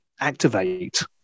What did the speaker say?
activate